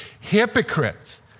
hypocrites